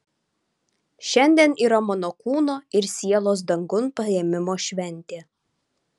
šiandien yra mano kūno ir sielos dangun paėmimo šventė